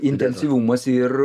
intensyvumas ir